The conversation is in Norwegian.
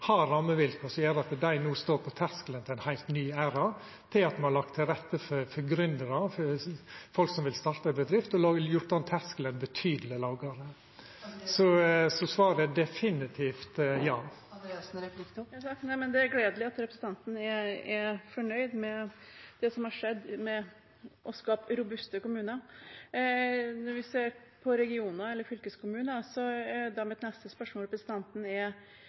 har rammevilkår som gjer at dei no står på terskelen til ein heilt ny æra, til at me har lagt til rette for gründerar og folk som vil starta ei bedrift, og har gjort den terskelen betydeleg lågare. Så svaret er definitivt ja. Det er gledelig at representanten er fornøyd med det som har skjedd med å skape robuste kommuner. Ser vi på regioner eller fylkeskommuner, er mitt neste spørsmål om representanten er